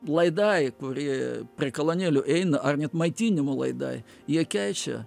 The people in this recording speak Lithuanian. laidai kurie prie kalonėlių eina ar net maitinimo laidai jie keičia